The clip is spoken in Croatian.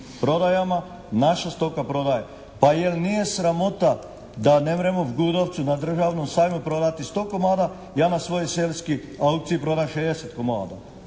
prodajama, naša stoka prodaje. Pa jel' nije sramota da ne mremo u …/Govornik se ne razumije./… na državnom sajmu prodaji sto komada. Ja na svojoj seoskoj akciji prodam 60 komada.